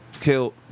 killed